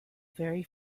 very